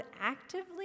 actively